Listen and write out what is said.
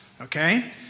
okay